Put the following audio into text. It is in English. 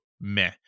meh